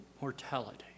mortality